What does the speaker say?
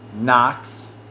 Knox